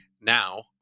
now